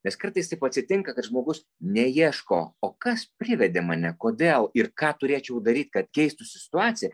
nes kartais taip atsitinka kad žmogus neieško o kas privedė mane kodėl ir ką turėčiau daryt kad keistųsi situacija